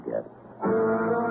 get